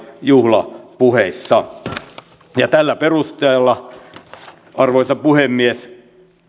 juhlapuheissa tällä perusteella arvoisa puhemies